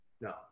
No